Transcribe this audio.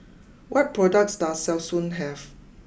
what products does Selsun have